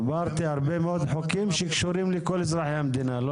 העברתי הרבה מאוד חוקים שקשורים לכל אזרחי המדינה.